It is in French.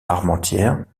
armentières